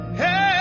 hey